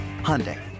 Hyundai